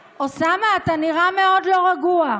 אוסאמה, אתה נראה מאוד לא רגוע.